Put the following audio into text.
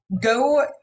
go